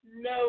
no